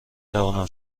توانم